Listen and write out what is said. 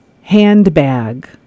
handbag